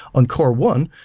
on core one,